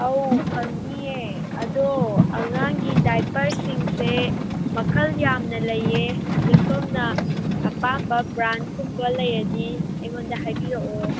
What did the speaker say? ꯑꯧ ꯐꯪꯅꯤꯌꯦ ꯑꯗꯣ ꯑꯉꯥꯡꯒꯤ ꯗꯥꯏꯄꯔꯁꯤꯡꯁꯦ ꯃꯈꯜ ꯌꯥꯝꯅ ꯂꯩꯌꯦ ꯑꯗꯣ ꯁꯣꯝꯅ ꯑꯄꯥꯝꯕ ꯕ꯭ꯔꯥꯟꯒꯨꯝꯕ ꯂꯩꯔꯗꯤ ꯑꯩꯉꯣꯟꯗ ꯍꯥꯏꯕꯤꯔꯛꯑꯣ